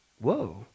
Whoa